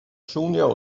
junior